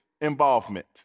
involvement